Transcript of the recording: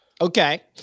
Okay